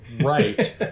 right